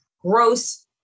gross